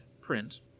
print